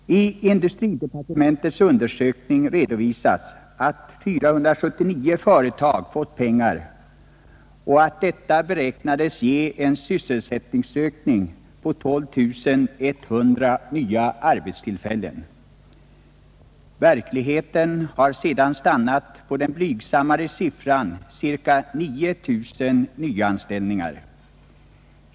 I industridepartementets undersökningar redovisas att 479 företag fått pengar och att detta beräknas ge en sysselsättningsökning på 12 100 nya arbetstillfällen. Verkligheten har sedan stannat på den blygsammare siffran av ca 9 000 nyanställningar.